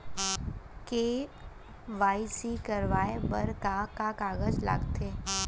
KYC कराये बर का का कागज लागथे?